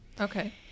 Okay